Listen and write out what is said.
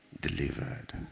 delivered